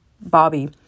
Bobby